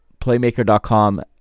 playmaker.com